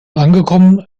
angekommen